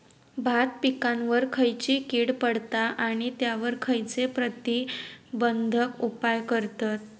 भात पिकांवर खैयची कीड पडता आणि त्यावर खैयचे प्रतिबंधक उपाय करतत?